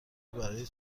برای